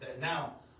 Now